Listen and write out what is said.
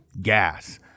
gas